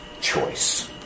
choice